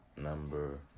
number